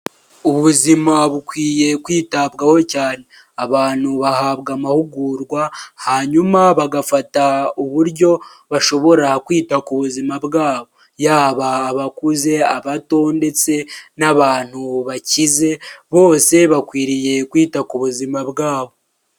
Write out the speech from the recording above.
Ubuzima bukwiye kwitabwaho cyane, abantu bahabwa amahugurwa hanyuma bagafata uburyo bashobora kwita ku buzima bwabo, yaba abakuze, abato ndetse n'abantu bakize, bose bakwiriye kwita ku buzima bwabo.